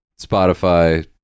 spotify